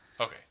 Okay